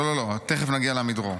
לא לא, תכף נגיע לעמידרור.